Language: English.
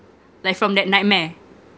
like from that nightmare